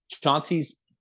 Chauncey's